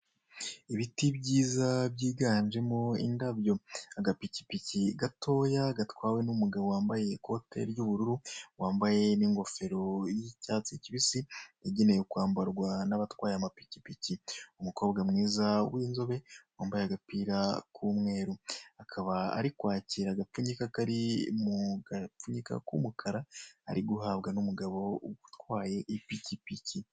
Ibiti byiza byiganjemo indabyo, agapikipiki gatoya gatwawe n'umugabo wamabaye ikote ry'ubururu wambaye n'ingofero y'icyatsi kibisi yagenewe kwambarwa n'abatwaye amapikipiki, umukobwa mwiza w'inzobe wambaye agapira k'umweru, akaba ari kwakira agapfunyika kari mugapfunyika k'umukara ari guhabwa n'umugabo utwaye ipikipiki.